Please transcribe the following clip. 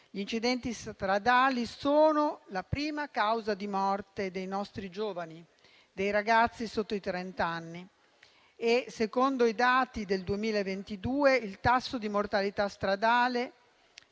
Gli incidenti stradali sono la prima causa di morte dei nostri giovani, dei ragazzi sotto i trent'anni, e secondo i dati del 2022 il tasso di mortalità stradale